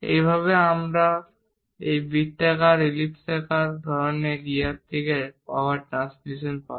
এইভাবে আমরা এই বৃত্তাকার ইলিপ্সাকার ধরনের গিয়ার থেকে পাওয়ার ট্রান্সমিশন পাই